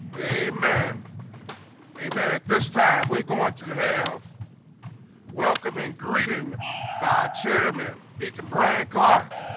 amen amen at this time. we're going to have welcome and greeting by chairman deacon bryan clark